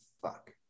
fuck